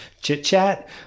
chit-chat